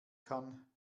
kann